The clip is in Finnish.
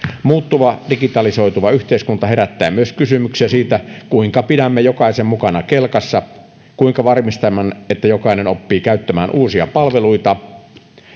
muuttuva digitalisoituva yhteiskunta herättää myös kysymyksiä siitä kuinka pidämme jokaisen mukana kelkassa kuinka varmistamme että jokainen oppii käyttämään uusia palveluita